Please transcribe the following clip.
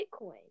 Bitcoin